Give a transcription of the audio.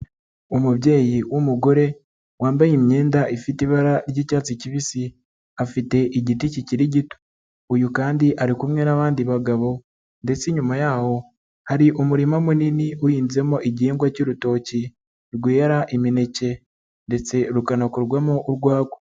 Umubyeyi w'umugore wambaye imyenda ifite ibara ry'icyatsi kibisi, afite igiti kikiri gito, uyu kandi ari kumwe n'abandi bagabo ndetse inyuma y'aho hari umurima munini uhinzemo igihingwa cy'urutoki, rwera imineke ndetse rukanakorwamo urwagwa.